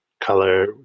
color